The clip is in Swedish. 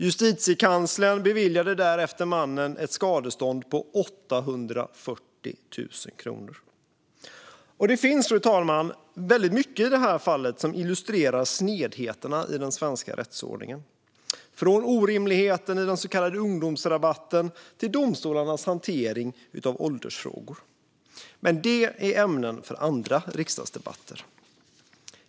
Justitiekanslern beviljade därefter mannen ett skadestånd på 840 000 kronor. Det finns mycket i det här fallet som illustrerar snedheterna i den svenska rättsordningen, från orimligheten i den så kallade ungdomsrabatten till domstolarnas hantering av åldersfrågor. Men det är ämnen för andra riksdagsdebatter.